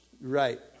Right